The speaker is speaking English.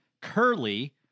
Curly